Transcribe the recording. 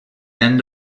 end